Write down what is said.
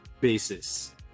basis